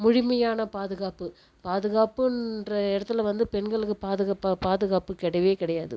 முழுமையான பாதுகாப்பு பாதுகாப்புன்ற இடத்துல வந்து பெண்களுக்கு பாதுகாப்பாக பாதுகாப்பு கிடையவே கிடையாது